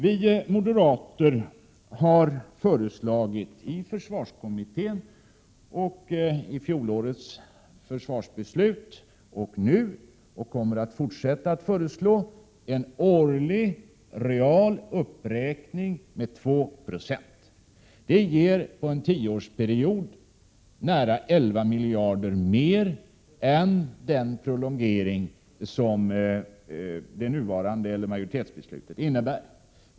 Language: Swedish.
Vi moderater har föreslagit i fjolårets försvarsbeslut liksom nu en årlig real uppräkning av försvarsanslaget med 2 20. Det ger under en tioårs period nära 11 miljarder kronor mer än den prolongering som majoritetsbeslutet innebär.